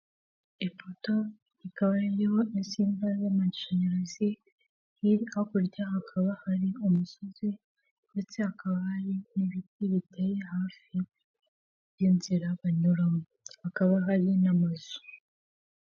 Ipoto rikaba ririko n'insinga z'amashanyarazi hakurya hakaba hari umusozi ndetse hakaba hari n'ibiti bitari hafi y'inzira banyuramo hakaba hari n'amazu.